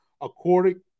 according